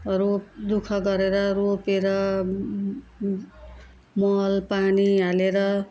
रोप दु ख गरेर रोपेर मल पानी हालेर